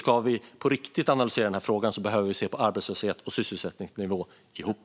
Om vi på riktigt ska analysera den här frågan behöver vi se på arbetslöshet och sysselsättningsnivå ihop.